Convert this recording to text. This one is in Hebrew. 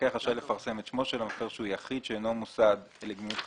המפקח רשאי לפרסם את שמו של מפר שהוא יחיד שאינו מוסד לגמילות חסדים,